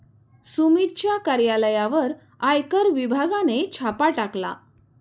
सुमितच्या कार्यालयावर आयकर विभागाने छापा टाकला